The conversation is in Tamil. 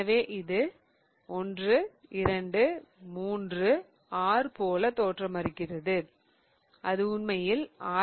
எனவே இது 1 2 3 R போல தோற்றமளிக்கிறது அது உண்மையில் R